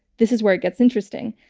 this is where it gets interesting.